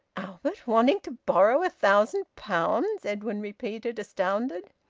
albert wanting to borrow a thousand pounds! edwin repeated, astounded.